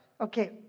Okay